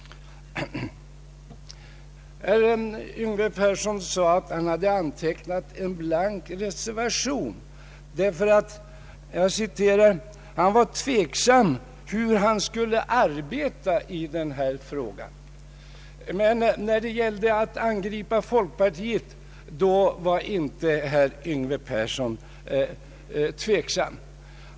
Herr Yngve Persson sade att han avgivit en blank reservation därför att ”han var tveksam om hur han skulle arbeta i den här frågan”. Men när det gäller att angripa folkpartiet, då var inte herr Yngve Persson tveksam.